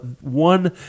one